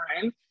time